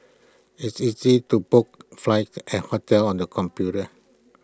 it's easy to book flights and hotels on the computer